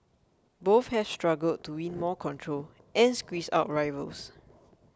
both have struggled to win more control and squeeze out rivals